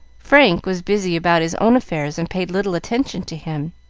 frank was busy about his own affairs and paid little attention to him,